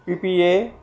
P P A